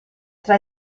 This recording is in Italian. tra